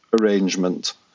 arrangement